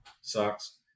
Sucks